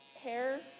hair